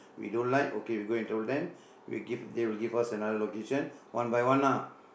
we don't like okay we go and told them we give they will give us another location one by one ah